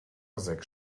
sechs